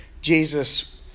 Jesus